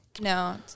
No